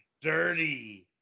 dirty